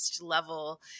level